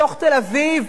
בתוך תל-אביב.